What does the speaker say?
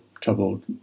troubled